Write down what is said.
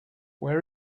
where